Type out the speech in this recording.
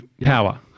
power